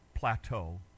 Plateau